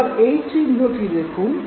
এবার এই চিহ্নটি দেখুন